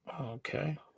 Okay